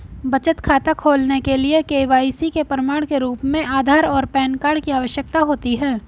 बचत खाता खोलने के लिए के.वाई.सी के प्रमाण के रूप में आधार और पैन कार्ड की आवश्यकता होती है